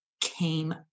came